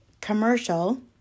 commercial